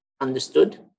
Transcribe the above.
understood